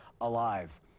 alive